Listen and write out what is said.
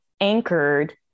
anchored